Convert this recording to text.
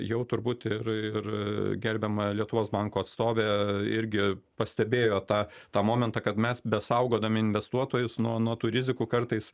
jau turbūt ir ir gerbiama lietuvos banko atstovė irgi pastebėjo tą tą momentą kad mes besaugodami investuotojus nuo nuo tų rizikų kartais